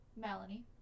Melanie